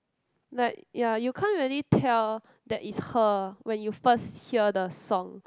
like ya you can't really tell that is her when you first hear the song